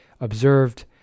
observed